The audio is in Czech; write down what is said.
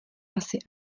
asi